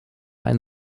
ein